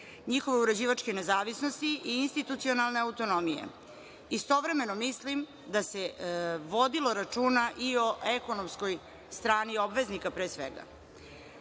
njihove uređivačke nezavisnosti i institucionalne autonomije. Istovremeno mislim da se vodilo računa i o ekonomskoj strani obveznika pre